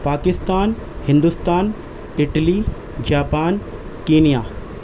Pakistan Hindustan Italy Japan Kenya